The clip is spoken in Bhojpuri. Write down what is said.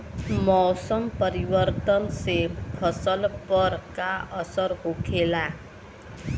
मौसम परिवर्तन से फसल पर का असर होखेला?